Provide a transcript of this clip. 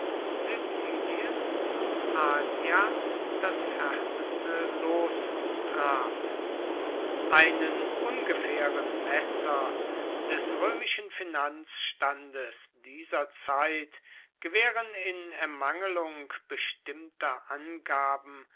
sizilien und asia das härteste los traf einen ungefähren messer des römischen finanzstandes dieser zeit gewähren in ermangelung bestimmter angaben